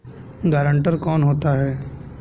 Guarantor कौन होता है?